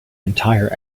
entire